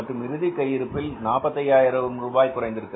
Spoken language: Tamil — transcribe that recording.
மற்றும் இறுதி கையிருப்பில் மதிப்பு 45000 குறைந்திருக்கிறது